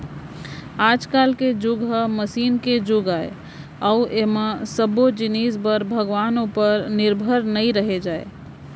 आज के जुग ह मसीन के जुग आय अउ ऐमा सब्बो जिनिस बर भगवान उपर निरभर नइ रहें जाए